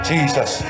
Jesus